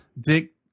Dick